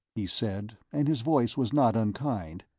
he said, and his voice was not unkind,